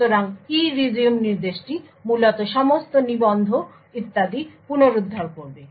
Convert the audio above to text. সুতরাং ERESUME নির্দেশটি মূলত সমস্ত নিবন্ধ ইত্যাদি পুনরুদ্ধার করবে